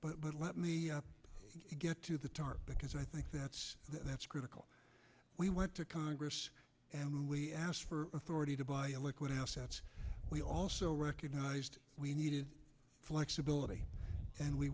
but let me get to the tarp because i think that's that's critical we went to congress and when we asked for authority to buy a liquid assets we also recognized we needed flexibility and we